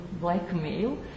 blackmail